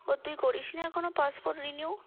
ও তুই করিস নি এখনও পাসপোর্ট রিনিউ